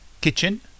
Kitchen